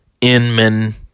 Inman